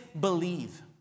believe